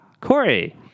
Corey